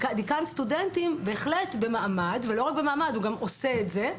דיקן הסטודנטים בהחלט במעמד ולא רק במעמד אלא גם עושה את זה.